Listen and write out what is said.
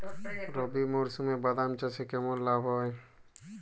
রবি মরশুমে বাদাম চাষে কেমন লাভ হয়?